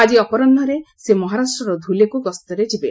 ଆଜି ଅପରାହୁରେ ସେ ମହାରାଷ୍ଟ୍ରର ଧୁଲେକୁ ଗସ୍ତରେ ଯିବେ